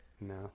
No